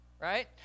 right